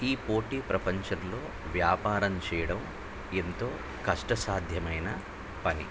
ఈ పోటీ ప్రపంచల్లో వ్యాపారం చెయ్యడం ఎంతో కష్ట సాధ్యమైన పని